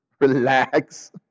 relax